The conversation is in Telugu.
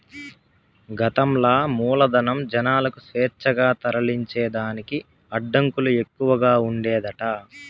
గతంల మూలధనం, జనాలకు స్వేచ్ఛగా తరలించేదానికి అడ్డంకులు ఎక్కవగా ఉండేదట